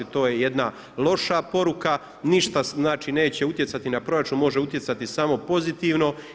To je jedna loša poruka, ništa znači neće utjecati na proračun, može utjecati samo pozitivno.